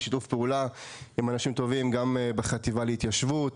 בשיתוף פעולה עם אנשים טובים גם בחטיבה להתיישבות,